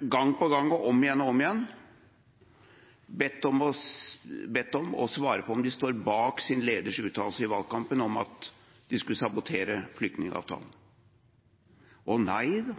gang på gang og om igjen og om igjen bedt om å svare på om de står bak sin leders uttalelse i valgkampen om at de skulle sabotere flyktningavtalen. Å nei da,